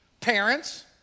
Parents